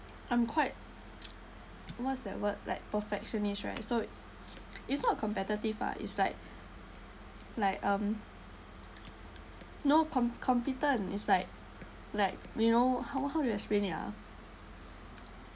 I'm quite what's that word like perfectionist right so it's not competitive ah it's like like um no com~ competent it's like like you know how how do I explain it ah